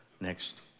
next